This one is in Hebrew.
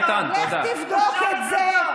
הוא חתום, איתן, לך תבדוק את זה.